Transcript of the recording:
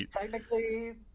technically